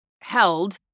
held